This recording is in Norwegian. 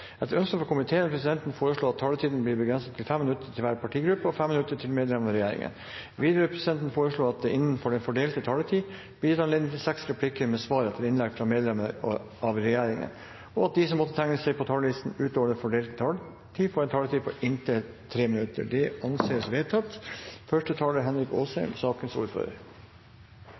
Etter ønske fra energi- og miljøkomiteen vil presidenten foreslå at taletiden blir begrenset til 5 minutter til hver partigruppe og 5 minutter til medlemmer av regjeringen. Videre vil presidenten foreslå at det blir gitt anledning til seks replikker med svar etter innlegg fra medlemmer av regjeringen innenfor den fordelte taletid, og at de som måtte tegne seg på talerlisten utover den fordelte taletid, får en taletid på inntil 3 minutter. – Det anses vedtatt.